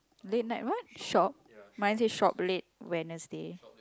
late night what shop my said shop late Wednesday